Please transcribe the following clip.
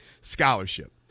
Scholarship